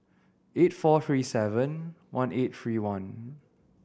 eight four three seven one eight three one